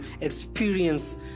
experience